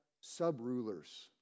sub-rulers